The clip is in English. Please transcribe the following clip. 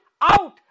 out